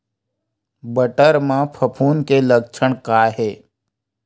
बटर म फफूंद के लक्षण का हे?